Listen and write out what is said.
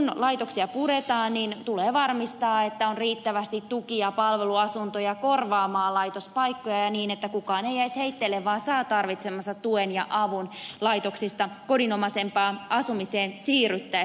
kun laitoksia puretaan niin tulee varmistaa että on riittävästi tuki ja palveluasuntoja korvaamaan laitospaikkoja niin että kukaan ei jäisi heitteille vaan saa tarvitsemansa tuen ja avun laitoksista kodinomaisempaan asumiseen siirryttäessä